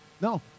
no